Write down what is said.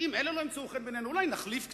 אם אלה לא ימצאו חן בעינינו אולי נחליף קצת.